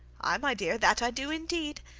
aye, my dear, that i do, indeed.